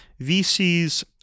VCs